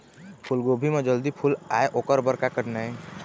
फूलगोभी म जल्दी फूल आय ओकर बर का करना ये?